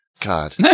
God